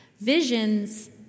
Visions